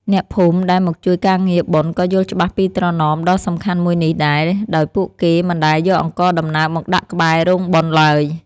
អ្នកភូមិដែលមកជួយការងារបុណ្យក៏យល់ច្បាស់ពីត្រណមដ៏សំខាន់មួយនេះដែរ ដោយពួកគេមិនដែលយកអង្ករដំណើបមកដាក់ក្បែររោងបុណ្យឡើយ។